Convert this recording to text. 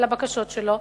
ולבקשות שלו,